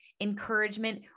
encouragement